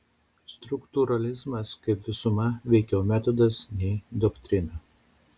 struktūralizmas kaip visuma veikiau metodas nei doktrina